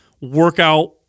workout